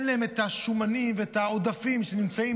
אין להם את השומנים ואת העודפים שנמצאים